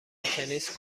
تنیس